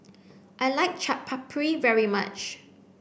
I like Chaat Papri very much